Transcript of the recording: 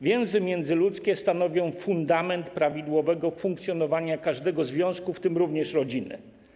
Więzi międzyludzkie stanowią fundament prawidłowego funkcjonowania każdego związku, w tym również rodziny.